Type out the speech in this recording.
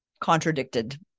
contradicted